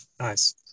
Nice